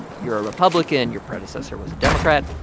you're a republican. your predecessor was a democrat.